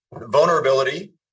vulnerability